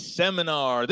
seminar